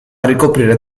ricoprire